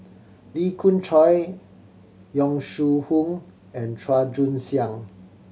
Lee Khoon Choy Yong Shu Hoong and Chua Joon Siang